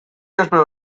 espero